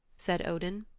said odin.